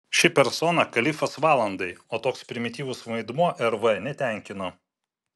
ši persona kalifas valandai o toks primityvus vaidmuo rv netenkino